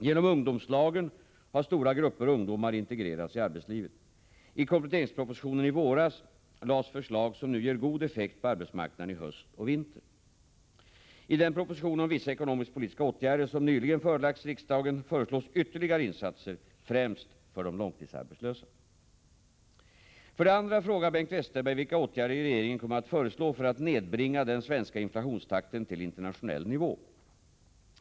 Genom ungdomslagen har stora grupper ungdomar integrerats i arbetslivet. I kompletteringspropositionen i våras framlades förslag som nu ger god effekt på arbetsmarknaden i höst och vinter. För det andra frågar Bengt Westerberg vilka åtgärder regeringen kommer att föreslå för att nedbringa den svenska inflationstakten till internationell nivå.